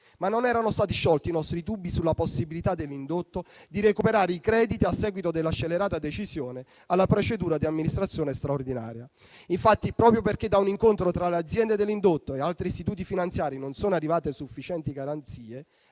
ma non erano stati sciolti i nostri dubbi sulla possibilità dell'indotto di recuperare i crediti a seguito della scellerata decisione di aderire alla procedura di amministrazione straordinaria. Proprio perché da un incontro tra le aziende dell'indotto e altri istituti finanziari non sono arrivate sufficienti garanzie,